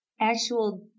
actual